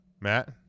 Matt